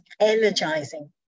energizing